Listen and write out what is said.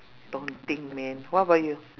daunting man what about you